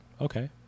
Okay